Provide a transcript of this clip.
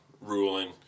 ruling